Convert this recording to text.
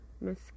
Miss